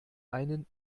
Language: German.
einen